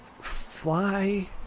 fly